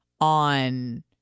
on